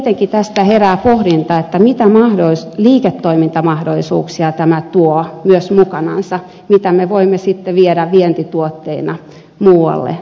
tietenkin tästä herää pohdinta mitä sellaisia liiketoimintamahdollisuuksia tämä tuo myös mukanansa mitä me voimme sitten viedä vientituotteina muualle maailmaan